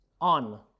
on